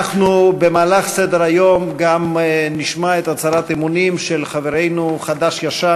במהלך סדר-היום אנחנו גם נשמע את הצהרת האמונים של חברינו החדש-ישן,